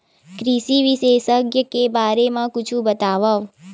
कृषि विशेषज्ञ के बारे मा कुछु बतावव?